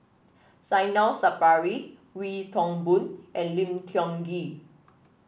Zainal Sapari Wee Toon Boon and Lim Tiong Ghee